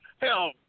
Hell